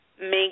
make